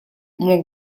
мог